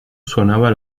suonava